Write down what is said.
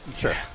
Sure